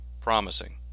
promising